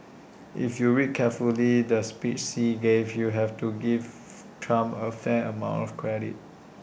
if you read carefully the speech Xi gave you have to give Trump A fair amount of credit